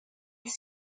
with